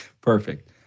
Perfect